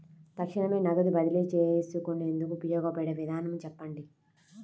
తక్షణమే నగదు బదిలీ చేసుకునేందుకు ఉపయోగపడే విధానము చెప్పండి?